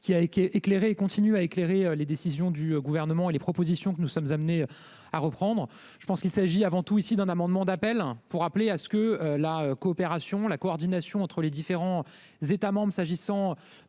qui est éclairé continue à éclairer les décisions du gouvernement et les propositions que nous sommes amenés à reprendre, je pense qu'il s'agit avant tout ici d'un amendement d'appel pour appeler à ce que la coopération, la coordination entre les différents États s'agissant